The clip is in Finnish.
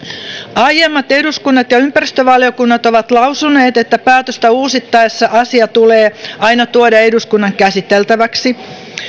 aiemmat eduskunnat ja ympäristövaliokunnat ovat lausuneet että päätöstä uusittaessa asia tulee aina tuoda eduskunnan käsiteltäväksi